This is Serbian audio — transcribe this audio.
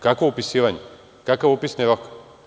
Kakvo upisivanje, kakav upisni rok?